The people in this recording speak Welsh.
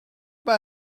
mae